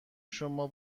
شما